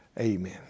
Amen